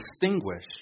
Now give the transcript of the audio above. distinguish